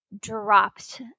dropped